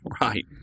Right